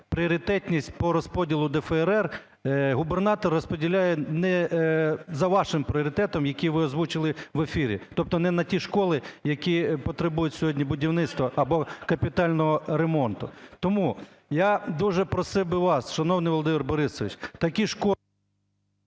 пріоритетність по розподілу ДФРР губернатор розподіляє не за вашим пріоритетом, який ви озвучили в ефірі, тобто не на ті школи, які потребують сьогодні будівництва або капітального ремонту. Тому я дуже просив би вас, шановний Володимир Борисович, такі школи...